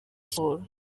siporo